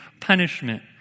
punishment